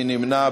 מי נמנע?